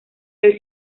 del